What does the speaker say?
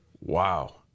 Wow